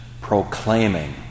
proclaiming